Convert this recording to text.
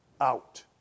out